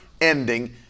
ending